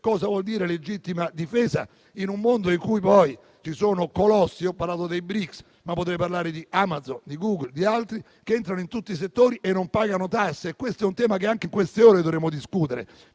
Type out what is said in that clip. cosa voglia dire legittima difesa in un mondo in cui ci sono colossi - ho parlato dei BRICS, ma potrei parlare di Amazon, di Google e di altri - che entrano in tutti i settori e non pagano tasse. Questo è un tema che anche in queste ore dovremmo discutere,